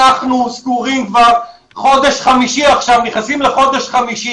אנחנו סגורים כבר חודש חמישי, סגורים.